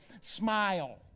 smile